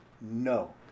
no